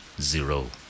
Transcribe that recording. Zero